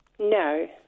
No